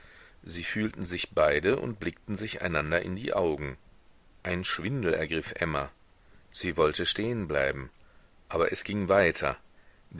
sie fühlten sich beide und blickten sich einander in die augen ein schwindel ergriff emma sie wollte stehen bleiben aber es ging weiter